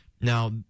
Now